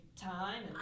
time